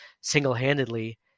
single-handedly